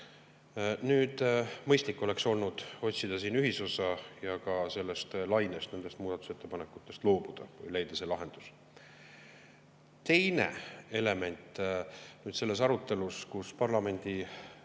Mõistlik oleks olnud otsida siin ühisosa ja ka sellest lainest, nendest muudatusettepanekutest loobuda, leida lahendus. Teine element selles arutelus, kus parlamendi